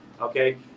Okay